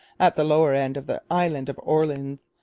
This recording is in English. at the lower end of the island of orleans,